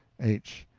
h.